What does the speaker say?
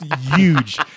Huge